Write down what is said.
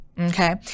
okay